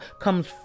comes